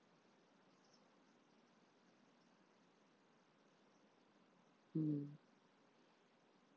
mm